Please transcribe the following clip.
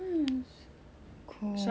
from the start about how